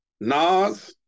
Nas